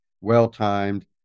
well-timed